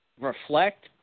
Reflect